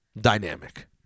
dynamic